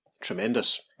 Tremendous